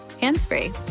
hands-free